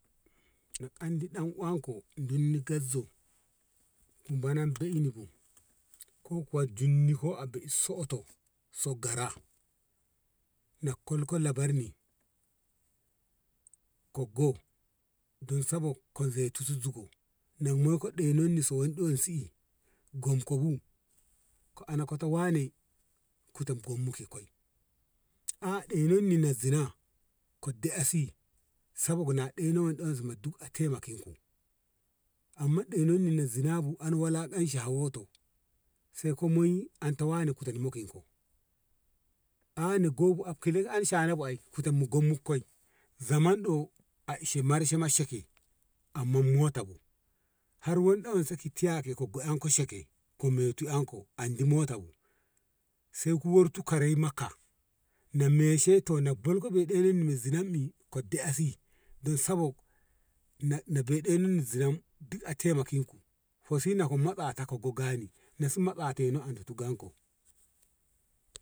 Na andi dan uwanko dinni gagzo ku banan beinni bu ko kuwa dunni ko a bei soto so gara na kolko labarni ka go don sabo ka zoiti zigo na molko ɗenan ni wansi gomko bu ko ana ta wane kute gommu ga kai a dennan ni na zina ka daisi sabog denan si a taimako kinko amma ɗenan ni zinabu han wulaƙanci a hawoto sei ka mo anta wane kute mokinko a na goaibu af han shana bu kute mu gommu ki kai zaman ɗo a ishe marshe ma sheke amma mota bu har wanɗe wanse ki tiyyake goggo anke sheke kamente enko handi moto bu sai kuwartu kare maka na meshe to na bolko be i ɗonon mi zinam mi ko deisi don sabon n- na bei ɗonon ni zinam duk a taimaken ku ho sina ko matsata ka go gani na matsateno ana tu ganko.